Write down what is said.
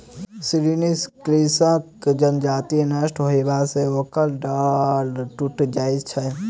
ऋणी कृषकक जजति नष्ट होयबा सॅ ओकर डाँड़ टुइट जाइत छै